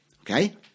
okay